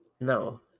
No